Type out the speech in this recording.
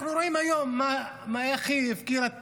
אנחנו רואים היום איך היא הפקירה את